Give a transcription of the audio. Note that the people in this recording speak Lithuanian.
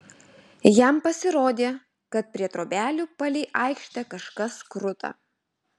jam pasirodė kad prie trobelių palei aikštę kažkas kruta